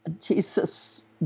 Jesus